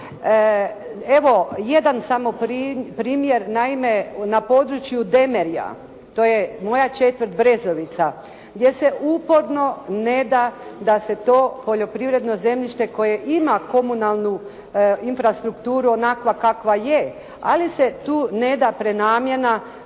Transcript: Evo jedan samo primjer. Naime na području Demelja, to je moja četvrt Brezovica, gdje se uporno neda da se to poljoprivredno zemljište koje ima komunalnu infrastrukturu onakva kakva je, ali se tu neda prenamjena